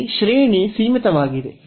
ಇಲ್ಲಿ ಶ್ರೇಣಿ ಸೀಮಿತವಾಗಿದೆ